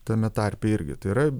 tame tarpe irgi tai yra